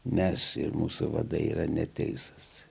mes ir mūsų vadai yra neteisūs